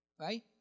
Right